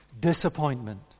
Disappointment